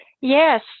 Yes